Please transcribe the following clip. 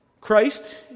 Christ